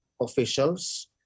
officials